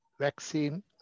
vaccine